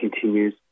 continues